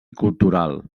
cultural